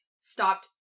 stopped